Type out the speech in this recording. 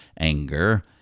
anger